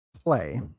play